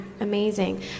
amazing